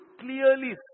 clearly